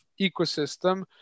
ecosystem